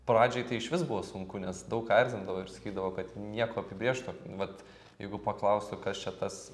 pradžioj tai išvis buvo sunku nes daug erzindavo ir sakydavo kad nieko apibrėžto vat jeigu paklaustų kas čia tas